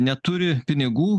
neturi pinigų